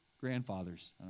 grandfathers